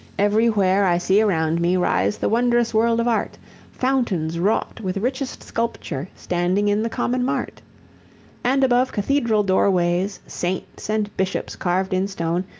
everywhere i see around me rise the wondrous world of art fountains wrought with richest sculpture standing in the common mart and above cathedral doorways saints and bishops carved in stone,